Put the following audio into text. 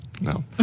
no